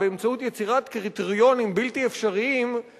באמצעות יצירת קריטריונים בלתי אפשריים,